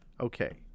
Okay